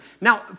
now